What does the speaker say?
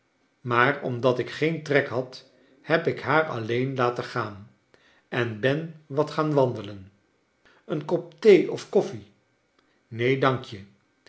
maar omdat ik geen trek had heb ik haar alleen laten gaan en ben wat gaan wandelen een kop thee of koffie neen dank je